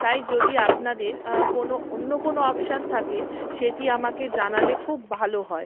তাই যদি আপনাদের কোনো অন্য কোনো অপশন থাকে সেটি আমাকে জানালে খুব ভালো হয়